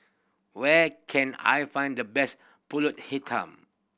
where can I find the best Pulut Hitam